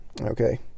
okay